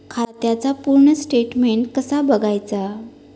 खात्याचा पूर्ण स्टेटमेट कसा बगायचा?